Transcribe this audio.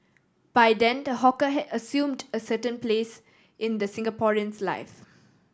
by then the hawker had assumed a certain place in the Singaporean's life